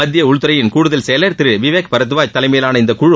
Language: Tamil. மத்திய உள்துறையின் கூடுதல் செயல் திரு விவேக் பரத்வாஜ் தலைமையிலான இந்த குழு